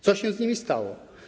Co się z nimi stało?